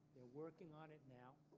working on it now.